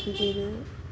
बिदिनो